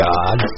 God